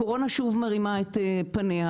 הקורונה שוב מרימה את פניה,